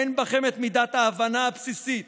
אין בכם מידת ההבנה הבסיסית